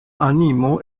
animo